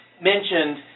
mentioned